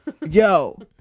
yo